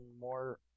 more